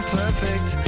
perfect